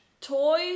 Toy